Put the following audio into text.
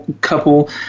couple